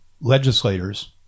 legislators